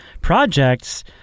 projects